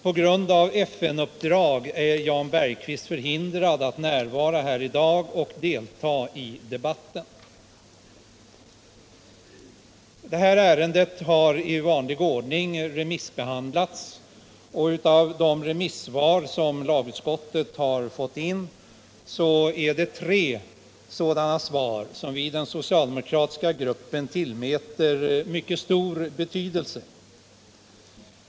På grund av FN-uppdrag är Jan Bergqvist förhindrad att närvara här i dag och delta i debatten. Detta ärende har i vanlig ordning remissbehandlats, och av de remissvar som lagutskottet har fått in är det tre som vi i den socialdemokratiska gruppen tillmäter mycket stor betydelse.